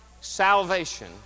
salvation